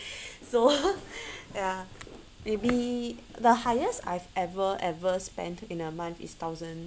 so ya maybe the highest I've ever ever spent in a month is thousand